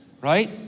right